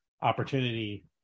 opportunity